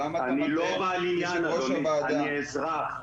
אני לא בעל עניין, אני לא לוביסט, אני אזרח.